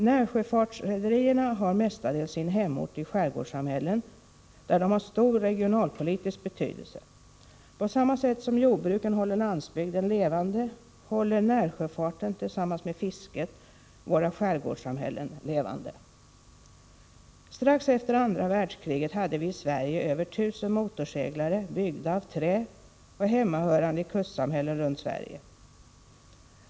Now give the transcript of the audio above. Närsjöfartsrederierna har mestadels sin hemort i skärgårdssamhällen, där de har stor regionalpolitisk betydelse. På samma sätt som jordbruken håller landsbygden levande håller närsjöfarten tillsammans med fisket våra skär Strax efter andra världskriget hade vi i Sverige över 1 000 motorseglare, byggda av trä och hemmahörande i kustsamhällen runt Sverige.